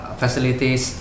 facilities